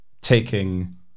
taking